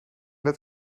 net